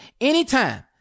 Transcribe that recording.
anytime